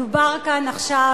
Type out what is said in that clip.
מדובר כאן עכשיו,